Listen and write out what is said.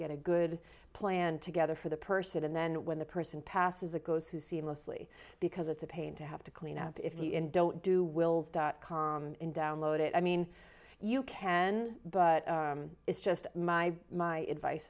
get a good plan together for the person and then when the person passes it goes who seamlessly because it's a pain to have to clean up if the and don't do wills dot com and download it i mean you can but it's just my my advice